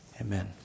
Amen